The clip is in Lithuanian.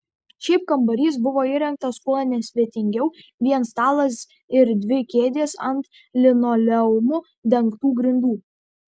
šiaip kambarys buvo įrengtas kuo nesvetingiau vien stalas ir dvi kėdės ant linoleumu dengtų grindų